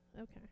Okay